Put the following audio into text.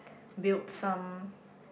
build some